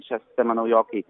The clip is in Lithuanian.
šią sistemą naujokai